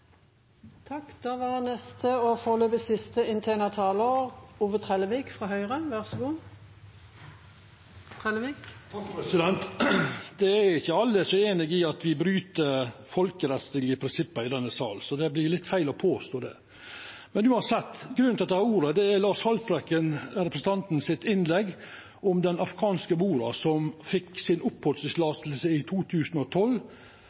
Det er ikkje alle som er einige i at me bryt folkerettslege prinsipp i denne salen, så det vert litt feil å påstå det. Grunnen til at eg tek ordet, er innlegget frå representanten Lars Haltbrekken om den afghanske mora som fekk